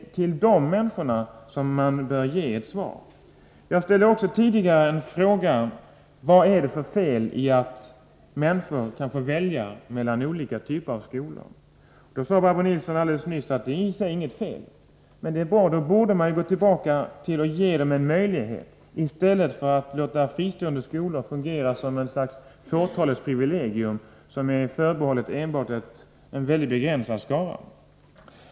Det är till de människorna som ni bör ge ett svar. Jag ställde tidigare frågan vad det är för fel i att människor kan få välja mellan olika typer av skolor. Barbro Nilsson sade alldeles nyss att det i sig inte är något fel. Det är bra. Men då borde ni gå tillbaka och ge människorna en sådan valmöjlighet, i stället för att låta fristående skolor fungera som ett fåtalets privilegium, dvs. vara förbehållna en mycket begränsad skara. Fru talman!